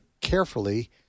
carefully